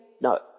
No